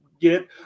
get